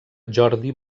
jordi